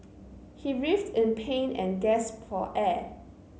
he writhed in pain and gasped for air